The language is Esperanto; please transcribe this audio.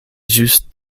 ĵus